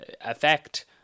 effect